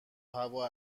هوا